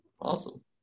Awesome